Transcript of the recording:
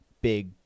big